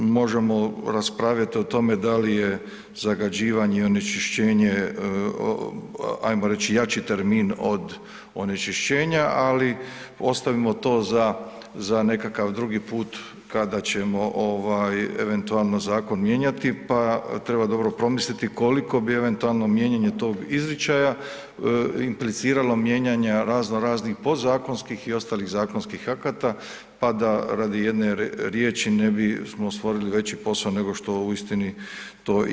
Možemo raspravljati o tome da li je zagađivanje i onečišćenje, ajmo reći jači termin od onečišćenja ali ostavimo to za nekakav drugi put kada ćemo ovaj eventualno zakon mijenjati pa treba dobro promisliti koliko bi eventualno mijenjanje tog izričaja impliciralo mijenjanja razno raznih podzakonskih i ostalih zakonskih akata pa da radi jedne riječi ne bismo stvorili veći posao nego što u istini to je.